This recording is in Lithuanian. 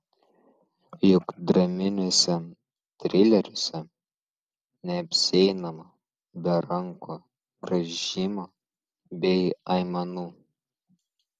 juk draminiuose trileriuose neapsieinama be rankų grąžymo bei aimanų